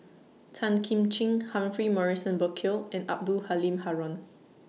Tan Kim Ching Humphrey Morrison Burkill and Abdul Halim Haron